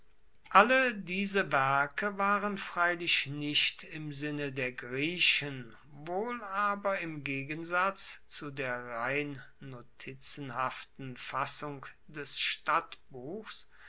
alle diese werke waren freilich nicht im sinne der griechen wohl aber im gegensatz zu der rein notizenhaften fassung des